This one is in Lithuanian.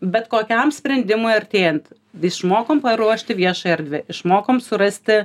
bet kokiam sprendimui artėjant išmokom paruošti viešąją erdvę išmokom surasti